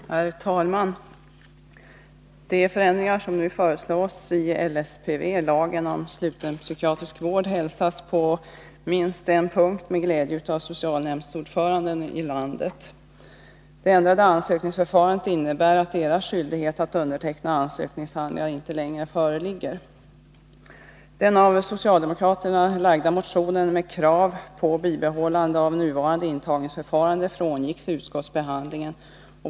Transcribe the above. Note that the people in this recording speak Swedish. Herr talman! Minst en av de förändringar som nu föreslås i LSPV, lagen om sluten psykiatrisk vård, hälsas med glädje av socialnämndsordförandena i landet. Det ändrade ansökningsförfarandet innebär att deras skyldighet att underteckna ansökningshandlingar inte längre föreligger. Den av socialdemokraterna väckta motionen med krav på bibehållande av nuvarande intagningsförfarande frångicks vid utskottsbehandlingen.